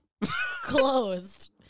closed